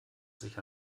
sich